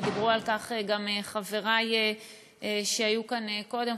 ודיברו על כך גם חברי שהיו כאן קודם,